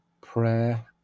prayer